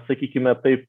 sakykime taip